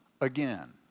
again